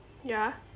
ya